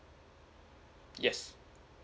yes